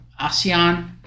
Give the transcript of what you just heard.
ASEAN